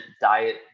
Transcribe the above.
diet